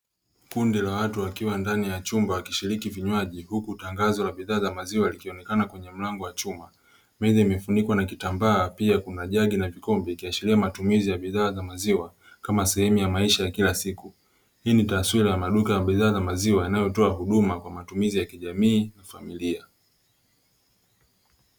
Kundi la watu wakiwa ndani ya chumba wakishiriki vinywaji, huku tangazo la bidhaa za maziwa likionekana kwenye mlango wa chuma. Meza imefunikwa na kitambaa pia kuna jagi na vikombe ikiashiria matumizi ya bidhaa za maziwa kama sehemu ya maisha ya kila siku. Hii ni taswira ya maduka ya bidhaa za maziwa yanayotoa huduma kwa matumizi ya kijamii na familia.